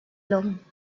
along